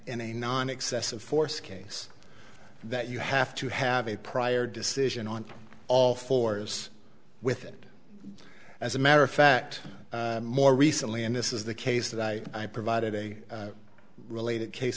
in a non excessive force case that you have to have a prior decision on all fours with it as a matter of fact more recently and this is the case that i provided a related case